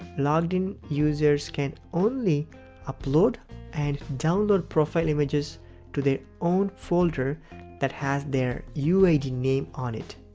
logged in users can only uploaded and download profile images to their own folder that has their uid name on it.